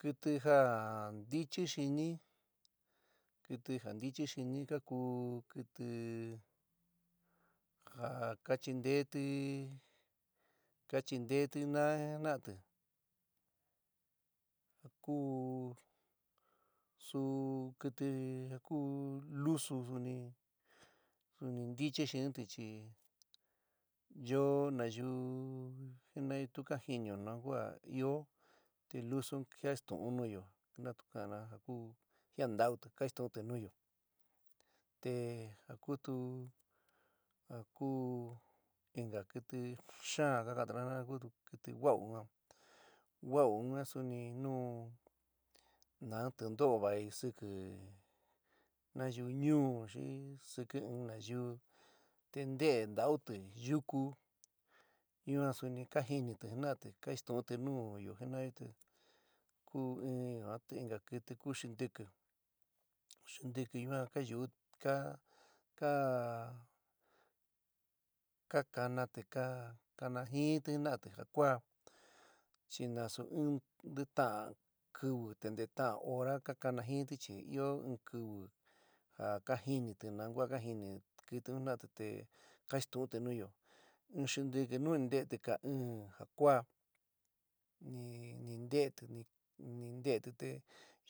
Kɨtɨ ja ntichi xini. kɨtɨ ja ntichi xini ka ku kɨtɨ ja ka chintéti ka chintéti naá jina'ati ku su kɨtɨ ja ku lusu suni, suni ntichi xiniti chi yo nayuú jina'ayo tu ka jinɨo nukua ɨó te lusu un kainstu'ún nuyo na tu ka'ana ja ku jián ntauti, kainstu'úti nuyo, te ja kutu jakú inka kɨtɨ xaán ka ka'antuna jina´ana kutu va'u yuan va'u yuan suni tu naá tintoó vaí siki nayíu ñuú xi sikí in nayuú te nteé ntauti yuku ñua suni ka jinitɨ jina'atɨ kainstu'unti nuyo jina'ayo te ku in ñuán te inka kɨtɨ ku xintɨki, xintɨki yuan ka yu'uti ka ka ka kanaáti te kanajɨɨnti jina'ati ja kuaá, chi nasu in ntetaán kɨvɨ te ntetaán hora ka kanajɨɨnti chi ɨó in kɨvɨ ja ka jíniti nu kua ka jini kɨtɨ un jina'ati te kainstuúnti nuyo in xintɨki nu ni nteéti ka ɨn ja kuá ni nteéti ni nteéti te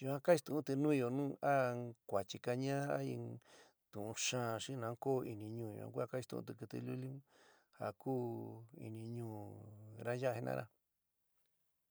yuan kainstu'únti nuyo nú a in kuachi kañaá, tu'ún xaán xi nu koó iniñuú yuan ku kainstuunti kɨtɨ luli un ja ku ini ñuuna yaa jinana.